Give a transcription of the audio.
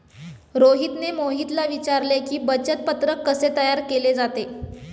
रोहितने मोहितला विचारले की, बचत पत्रक कसे तयार केले जाते?